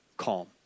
Calm